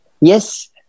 yes